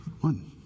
One